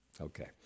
Okay